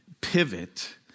pivot